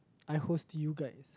I host you guys